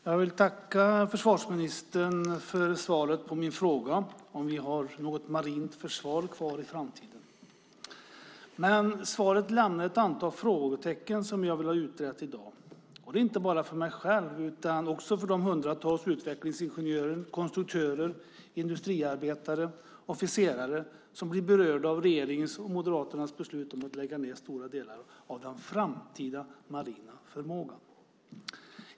Herr talman! Jag vill tacka försvarsministern för svaret på min fråga om vi har något marint försvar kvar i framtiden. Svaret lämnar dock ett antal frågetecken som jag vill ha utredda i dag. Det är inte bara för mig själv utan också för de hundratals utvecklingsingenjörer, konstruktörer, industriarbetare och officerare som blir berörda av regeringens och Moderaternas beslut att lägga ned stora delar av den framtida marina förmågan.